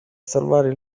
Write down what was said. salvare